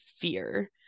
fear